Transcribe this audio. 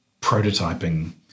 prototyping